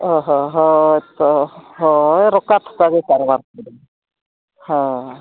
ᱦᱳᱭ ᱦᱳᱭ ᱦᱳᱭ ᱛᱚ ᱦᱳᱭ ᱨᱚᱠᱟ ᱛᱷᱚᱠᱟ ᱜᱮ ᱠᱟᱨᱵᱟᱨ ᱠᱚᱫᱚ ᱦᱳᱭ